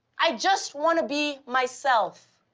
i just want to be myself!